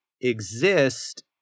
exist